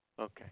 Okay